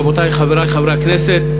רבותי וחברי חברי הכנסת,